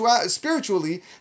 spiritually